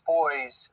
boys